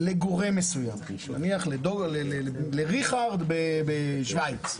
בין-לאומית, נניח לריכרד בשוויץ,